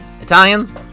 Italians